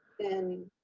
then,